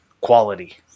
quality